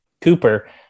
Cooper